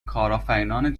کارآفرینان